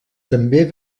també